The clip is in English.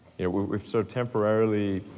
we've so temporarily